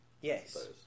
Yes